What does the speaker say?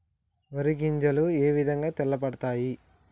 వరి గింజలు ఏ విధంగా తెల్ల పడతాయి?